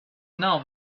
now